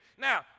Now